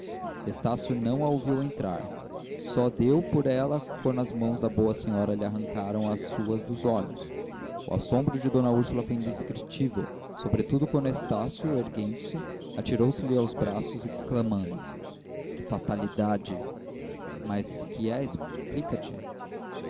estácio não a ouviu entrar só deu por ela quando as mãos da boa senhora lhe arrancaram as suas dos olhos o assombro de d úrsula foi indescritível sobretudo quando estácio erguendo-se atirou se lhe aos braços exclamando que fatalidade mas que é explica te